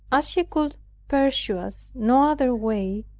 as he could pursue us no other way,